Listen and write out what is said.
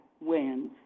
Wins